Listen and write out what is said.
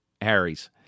Harry's